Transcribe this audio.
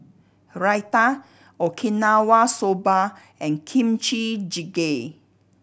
Raita Okinawa Soba and Kimchi Jjigae